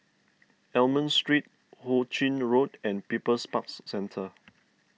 Almond Street Hu Ching Road and People's Park Centre